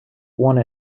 one